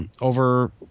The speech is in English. over